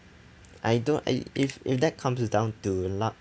I don't I if if that comes down to luck